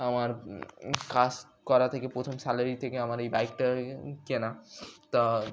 আমার কাজ করা থেকে প্রথম স্যালারি থেকে আমার এই বাইকটা কেনা তা